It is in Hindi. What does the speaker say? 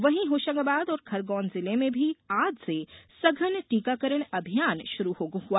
वहीं होशंगाबाद और खरगोन जिले में भी आज से सघन टीकाकरण अभियान शुरू हुआ